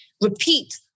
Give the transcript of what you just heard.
Repeat